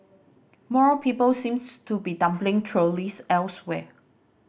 more people seems to be dumping trolleys elsewhere